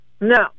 No